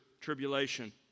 tribulation